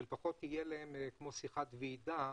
שלפחות יהיה להם משהו שאפשר לעשות משהו כמו שיחת ועידה,